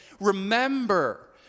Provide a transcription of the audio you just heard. remember